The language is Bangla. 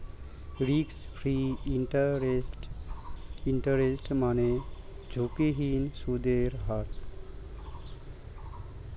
রিস্ক ফ্রি ইন্টারেস্ট মানে ঝুঁকিহীন সুদের হার